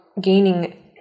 gaining